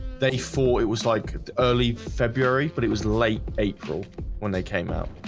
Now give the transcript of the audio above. they fought it was like early february, but it was late april when they came out